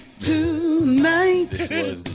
tonight